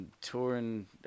Touring